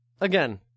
Again